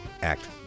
act